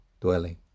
dwelling